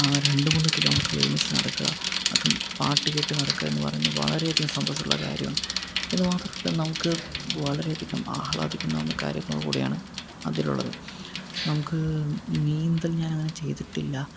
രണ്ടു മൂന്ന് kilometre ഒരുമിച്ചു നടക്കുക അതും പാട്ടുകേട്ട് നടക്കുകയെന്നു പറയുന്നത് വളരെ അധികം സന്തോഷമുള്ള കാര്യമാണ് ഇതുമാത്രമല്ല നമുക്ക് വളരെയധികം ആഹ്ളാദിക്കുന്നൊന്ന് കാര്യങ്ങൾ കൂടിയാണ് അതിലുള്ളത് നമുക്ക് നീന്തൽ ഞാനങ്ങനെ ചെയ്തിട്ടില്ല